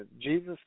Jesus